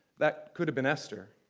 that could have been esther.